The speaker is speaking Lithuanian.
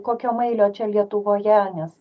kokio mailio čia lietuvoje nes